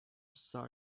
saw